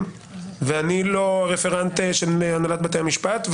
אני לא אגף תקציבים ואני לא רפרנט של הנהלת בתי המשפט.